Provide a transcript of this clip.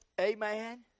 Amen